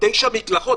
תשע מקלחות.